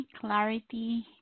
clarity